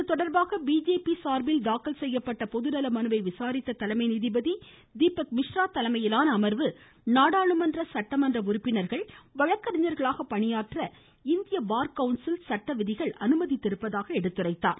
இதுதொடர்பாக பிஜேபி சார்பில் தாக்கல் செய்யப்பட்ட பொதுநல மனுவை விசாரித்த தலைமை நீதிபதி தீபக் மிஸ்ரா தலைமையிலான அமர்வு நாடாளுமன்ற சட்டமன்ற உறுப்பினர்கள் வழக்கறிஞர்களாக பணியாற்ற இந்திய பார் கவுன்சில் சட்டவிதிகள் அனுமதித்திருப்பதாக எடுத்துரைத்தார்